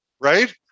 Right